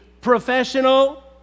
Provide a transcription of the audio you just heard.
professional